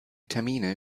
termine